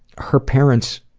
her parents